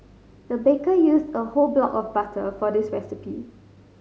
the baker used a whole block of butter for this recipe